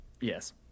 yes